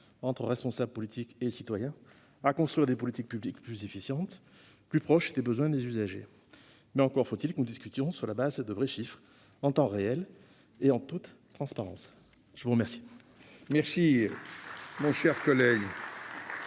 entre responsables politiques et citoyens, mais aussi à construire des politiques publiques plus efficientes et plus proches des besoins des usagers. Mais encore faut-il que nous discutions sur la base de véritables chiffres, en temps réel et en toute transparence. La parole